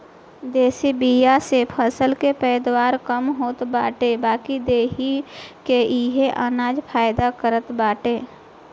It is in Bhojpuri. देशी बिया से फसल के पैदावार कम होत बाटे बाकी देहि के इहे अनाज फायदा करत बाटे